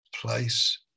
place